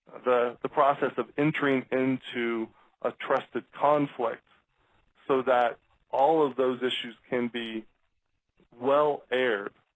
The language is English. the the process of entering into a trusted conflict so that all of those issues can be well aired,